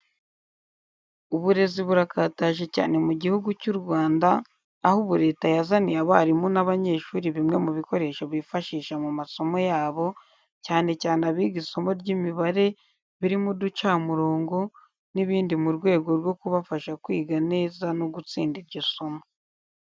Uburezi burakataje cyane mu Gihugu cy'u Rwanda aho ubu Leta yazaniye abarimu n'abanyeshuri bimwe mu bikoresho bifashisha mu masomo yabo cyane cyane abiga isomo ry'Imibare birimo uducamirongo n'ibindi mu rwego rwo kubafasha kwiga neza no gutsinda iryo somo.